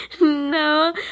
No